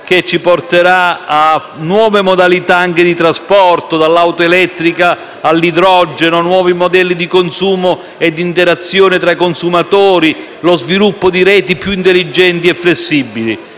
che ci porterà a nuove modalità di trasporto, dall'auto elettrica all'idrogeno; a nuovi modelli di consumo e di interazione tra consumatori; allo sviluppo di reti più intelligenti e flessibili.